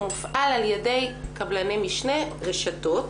הוא מופעל על ידי קבלני משנה רשתות.